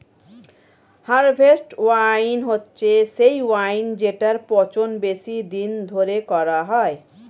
harvest wine হচ্ছে সেই wine জেটার পচন বেশি দিন ধরে করা হয়